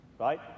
Right